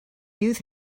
youth